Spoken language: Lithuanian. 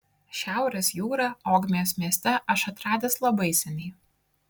šiaurės jūrą ogmios mieste aš atradęs labai seniai